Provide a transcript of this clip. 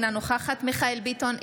אינה נוכחת מיכאל מרדכי ביטון,